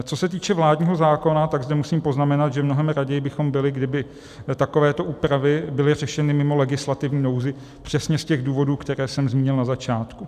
Co se týče vládního zákona, tak zde musím poznamenat, že mnohem raději bychom byli, kdyby takovéto úpravy byly řešeny mimo legislativní nouzi přesně z těch důvodů, které jsem zmínil na začátku.